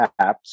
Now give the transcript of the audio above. apps